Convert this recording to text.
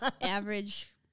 average